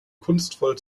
kunstvoll